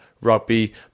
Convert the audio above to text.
Rugby